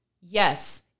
yes